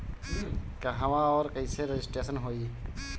कहवा और कईसे रजिटेशन होई?